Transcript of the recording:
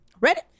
Ready